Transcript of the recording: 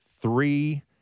three